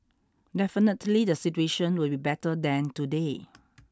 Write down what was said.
definitely the situation will be better than today